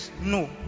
No